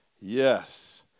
Yes